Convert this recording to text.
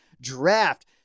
draft